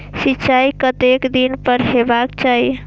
सिंचाई कतेक दिन पर हेबाक चाही?